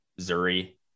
Zuri